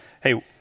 hey